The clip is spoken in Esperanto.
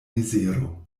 mizero